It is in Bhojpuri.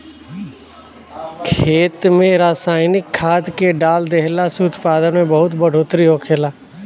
खेत में रसायनिक खाद्य के डाल देहला से उत्पादन में बहुत बढ़ोतरी होखेला